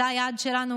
זה היעד שלנו.